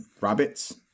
Rabbits